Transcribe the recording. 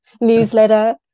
newsletter